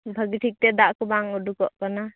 ᱵᱷᱟ ᱜᱮ ᱴᱷᱤᱠᱛᱮ ᱫᱟᱜ ᱠᱚ ᱵᱟᱝ ᱩᱰᱩᱠᱚᱜ ᱠᱟᱱᱟ